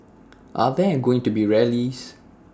are there going to be rallies